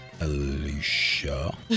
Alicia